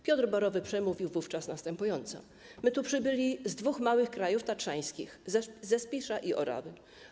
Piotr Borowy przemówił wówczas następująco: My tu przybyli z dwóch małych krajów tatrzańskich, ze Spisza i Orawy.